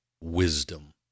wisdom